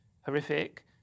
horrific